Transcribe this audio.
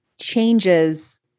changes